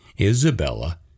Isabella